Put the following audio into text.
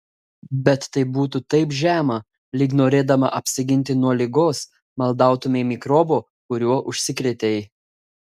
bet tai būtų taip žema lyg norėdama apsiginti nuo ligos maldautumei mikrobo kuriuo užsikrėtei